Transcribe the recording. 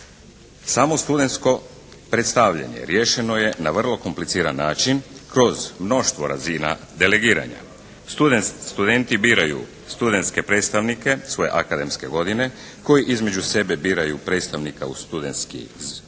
Samo studensko predstavljanje riješeno je vrlo kompliciran način kroz mnoštvo razina delegiranja. Studenti biraju studenske predstavnike svoje akademske godini koji između sebe biraju predstavnika u studenski zbor